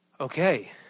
Okay